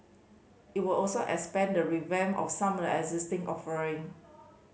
it will also expand the revamp of some existing offering